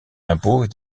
impose